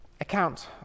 account